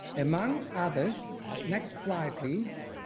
among others. next slide please.